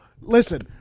Listen